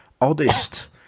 oddest